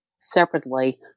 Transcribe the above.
separately